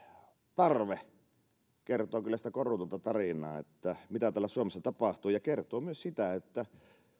tarve kertoo kyllä sitä korutonta tarinaa että mitä täällä suomessa tapahtuu ja kertoo myös sitä että